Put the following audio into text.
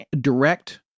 direct